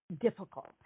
difficult